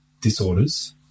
disorders